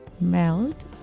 melt